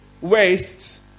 wastes